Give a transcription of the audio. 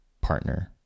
partner